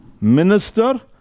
minister